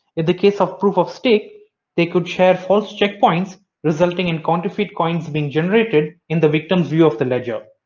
in the case of proof of stake they could share false check points resulting in counterfeit coins being generated in the victims view of the ledger.